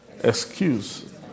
excuse